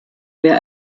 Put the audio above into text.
wer